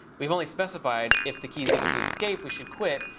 we've only specified if the key is equal to escape we should quit.